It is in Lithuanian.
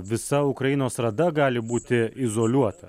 visa ukrainos rada gali būti izoliuota